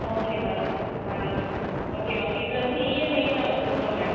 okay ma'am okay ma'am இதில் வந்து இஎம்ஐயும் நாங்கள் கொடுக்குறோம் மேம்